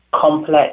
complex